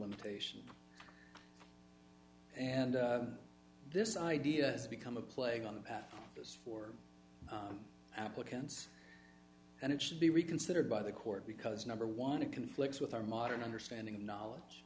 limitation and this idea has become a plague on those four applicants and it should be reconsidered by the court because number one it conflicts with our modern understanding of knowledge